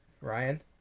Ryan